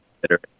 better